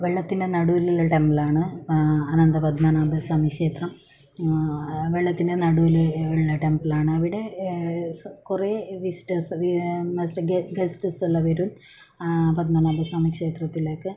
വെള്ളത്തിൻ്റെ നടുവിലുള്ള ടെമ്പിൾ ആണ് അനന്തപദ്മനാഭ സ്വാമി ക്ഷേത്രം വെള്ളത്തിൻ്റെ നടുവിൽ ഉള്ള ടെമ്പിൾ ആണ് അവിടെ കുറെ വിസിറ്റേഴ്സ് മറ്റ് ഗസ്റ്റസ് എല്ലാം വരും ആ പദ്മനാഭ സ്വാമി ക്ഷേത്രത്തിലേക്ക്